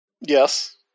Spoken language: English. Yes